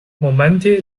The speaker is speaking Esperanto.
momente